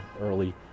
early